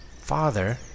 Father